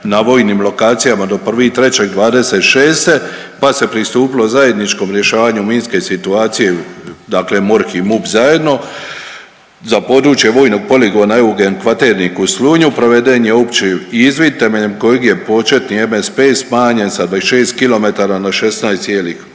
na vojnim lokacijama do 1.3.'26., pa se pristupilo zajedničkom rješavanju minske situacije dakle MORH i MUP zajedno za područje Vojnog poligona Eugen Kvaternik u Slunju proveden je opći izvid temeljem kojeg je početni MSP smanjen sa 26 km na 16,8 km.